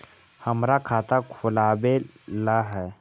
हमरा खाता खोलाबे ला है?